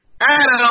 Adam